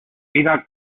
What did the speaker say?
vida